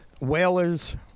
whalers